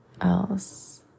else